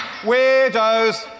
Weirdos